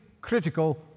critical